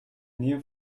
nähe